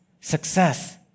success